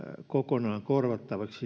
kokonaan korvattavaksi